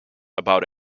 about